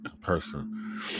person